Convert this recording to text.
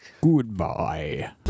goodbye